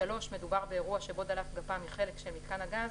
מדובר באירוע שבו דלף גפ"מ מחלק של מיתקן הגז,